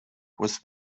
was